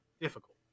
difficult